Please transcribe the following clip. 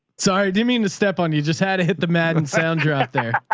sorry. didn't mean to step on. you just had to hit the madden sound dropped out.